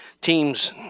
team's